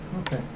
Okay